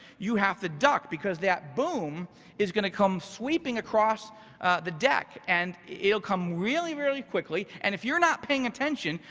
you have to duck because that boom is gonna come sweeping across the deck and it'll come really, really quickly. and if you're not paying attention,